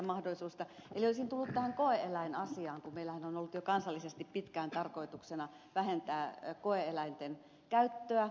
olisin tullut tähän koe eläinasiaan kun meillähän on ollut jo kansallisesti pitkään tarkoituksena vähentää koe eläinten käyttöä